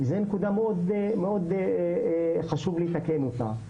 זו נקודה מאוד חשובה לתקן אותה,